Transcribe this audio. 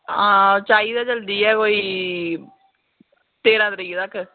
आं चाहिदा जल्दी गै कोई तेरां तरीक तक्क